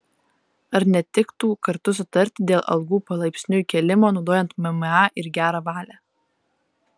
ar netiktų kartu sutarti dėl algų palaipsniui kėlimo naudojant mma ir gerą valią